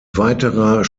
weiterer